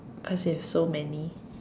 cause you have so many